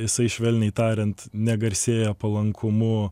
jisai švelniai tariant negarsėja palankumu